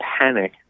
panic